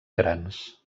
grans